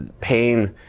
pain